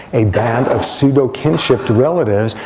a band of pseudo kinshipped relatives,